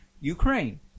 Ukraine